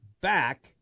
back